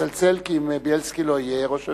כי אם חבר הכנסת אלקין לא יהיה, ראש